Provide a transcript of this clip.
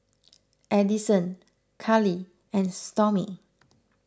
Edison Kali and Stormy